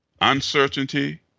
Uncertainty